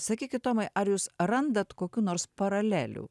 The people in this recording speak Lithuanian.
sakykit tomai ar jūs randat kokių nors paralelių